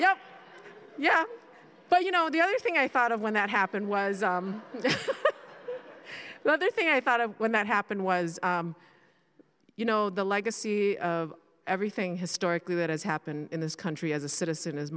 yeah yeah but you know the other thing i thought of when that happened was the other thing i thought of when that happened was you know the legacy of everything historically that has happened in this country as a citizen